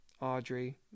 Audrey